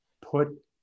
put